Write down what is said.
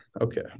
Okay